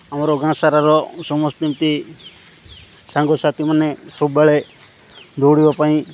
ଆମର ଗାଁସାରାର ସମସ୍ତ ଏମିତି ସାଙ୍ଗସାଥିମାନେ ସବୁବେଳେ ଦୌଡ଼ିବା ପାଇଁ